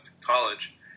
college